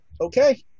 okay